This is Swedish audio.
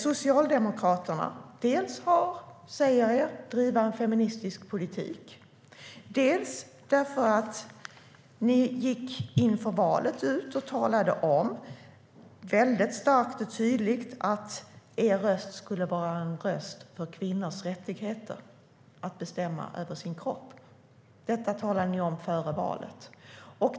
Socialdemokraterna säger sig driva en feministisk politik och gick inför valet ut och talade om, väldigt starkt och tydligt, att deras röst skulle vara en röst för kvinnors rättighet att bestämma över sin kropp. Detta var före valet.